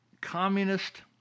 communist